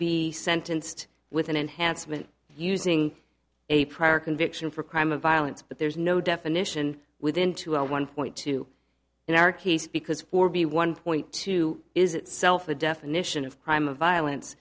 be sentenced with an enhancement using a prior conviction for a crime of violence but there's no definition within to a one point two in our case because for b one point two is itself a definition of crime of